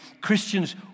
Christians